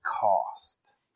cost